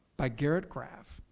by garrett graff,